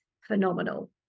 phenomenal